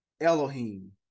Elohim